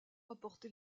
apporter